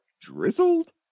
drizzled